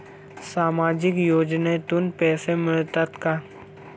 सामाजिक योजनेतून पैसे मिळतात का?